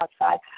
outside